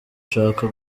ushaka